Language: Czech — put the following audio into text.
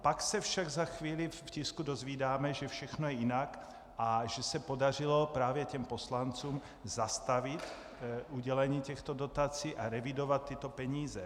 Pak se však za chvíli v tisku dozvídáme, že všechno je jinak a že se podařilo právě těm poslancům zastavit udělení těchto dotací a revidovat tyto peníze.